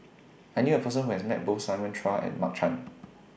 I knew A Person Who has Met Both Simon Chua and Mark Chan